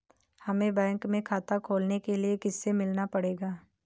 हमे बैंक में खाता खोलने के लिए किससे मिलना पड़ेगा?